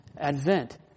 Advent